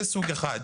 זה סוג אחד.